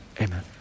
Amen